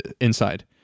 Inside